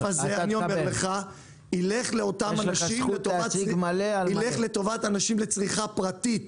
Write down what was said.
ילך לאותם אנשים לטובת צריכה פרטית,